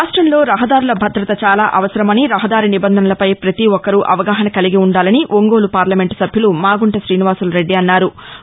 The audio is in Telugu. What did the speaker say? రాష్టంలో రహదారుల భద్రత చాలా అవసరమని రహదారి నిబంధనలపై ప్రతి ఒక్కరూ అవగాహన కలిగి ఉండాలని ఒంగోలు పార్లమెంటు సభ్యులు మాగుంట శ్రీనివాసులురెడ్డి అన్నారు